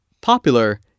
Popular